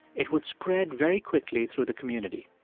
it would spread very quickly through the community.